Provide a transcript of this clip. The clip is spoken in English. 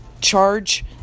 charge